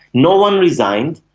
no one resigned,